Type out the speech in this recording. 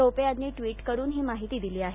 टोपे यांनी ट्विट करून ही माहिती दिली आहे